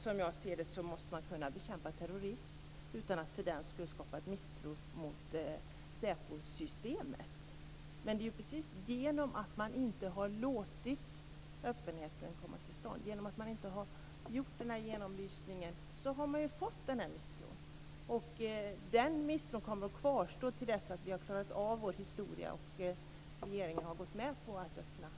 Som jag ser det måste man kunna bekämpa terrorism utan att för den skull skapa misstro mot SÄPO-systemet. Det är ju precis genom att man inte har låtit öppenheten komma till stånd, genom att man inte har gjort den här genomlysningen, som man har fått misstron. Den misstron kommer att kvarstå till dess vi har klarat av vår historia och regeringen har gått med på en öppning.